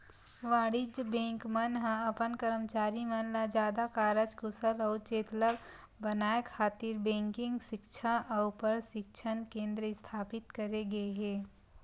वाणिज्य बेंक मन ह अपन करमचारी मन ल जादा कारज कुसल अउ चेतलग बनाए खातिर बेंकिग सिक्छा अउ परसिक्छन केंद्र इस्थापित करे हे